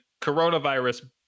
coronavirus